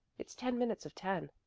it's ten minutes of ten.